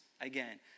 Again